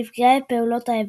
ונפגעי פעולות האיבה.